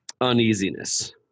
uneasiness